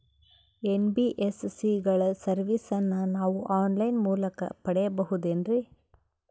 NBSC ಗಳ ಸರ್ವಿಸನ್ನ ನಾವು ಆನ್ ಲೈನ್ ಮೂಲಕ ಪಡೆಯಬಹುದೇನ್ರಿ?